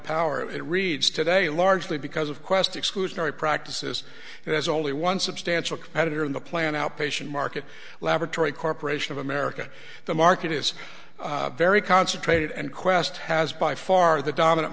power it reads today largely because of qwest exclusionary practices it has only one substantial competitor in the plan outpatient market laboratory corporation of america the market is very concentrated and quest has by far the dominant